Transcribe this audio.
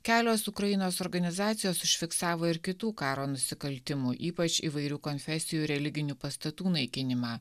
kelios ukrainos organizacijos užfiksavo ir kitų karo nusikaltimų ypač įvairių konfesijų ir religinių pastatų naikinimą